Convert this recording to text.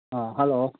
ꯑꯥ hello